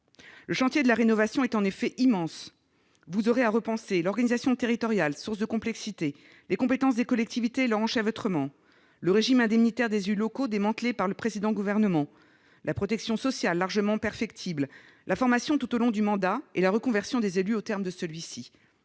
Le chantier de la rénovation est en effet immense. Vous aurez à repenser l'organisation territoriale, source de complexité, les compétences des collectivités et leur enchevêtrement, le régime indemnitaire des élus locaux, démantelé par le précédent gouvernement, la protection sociale, largement perfectible, la formation tout au long du mandat et la reconversion des élus au terme de celui-ci